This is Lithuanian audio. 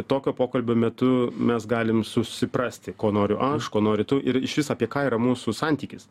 tokio pokalbio metu mes galim susiprasti ko noriu aš ko nori tu ir išvis apie ką yra mūsų santykis